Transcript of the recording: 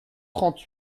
trente